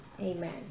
Amen